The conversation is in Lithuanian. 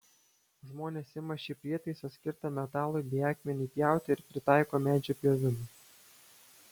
žmonės ima šį prietaisą skirtą metalui bei akmeniui pjauti ir pritaiko medžio pjovimui